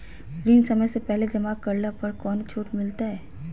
ऋण समय से पहले जमा करला पर कौनो छुट मिलतैय?